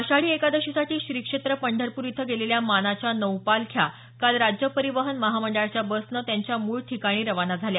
आषाढी एकादशीसाठी श्री क्षेत्र पंढरपूर इथं गेलेल्या मानाच्या नऊ पालख्या काल राज्य परीवहन महामंडळाच्या बसनं त्यांच्या मूळ ठिकाणी रवाना झाल्या